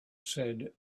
said